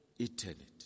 eternity